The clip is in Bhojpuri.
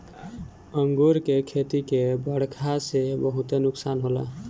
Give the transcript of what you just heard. अंगूर के खेती के बरखा से बहुते नुकसान होला